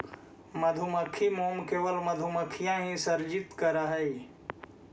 मधुमक्खी मोम केवल मधुमक्खियां ही सृजित करअ हई